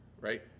Right